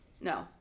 No